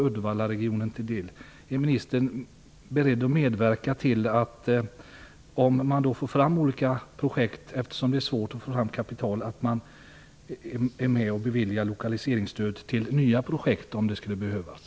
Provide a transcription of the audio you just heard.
Uddevallaregionen till del, är ministern beredd att medverka till att bevilja lokaliseringsstöd till nya projekt som tas fram men där det är svårt att få tag i kapital?